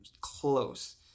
close